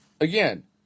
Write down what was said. Again